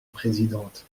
présidente